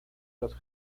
los